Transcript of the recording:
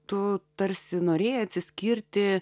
tu tarsi norėjo atsiskirti